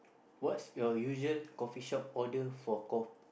what's your usual coffee shop order for ko~